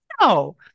No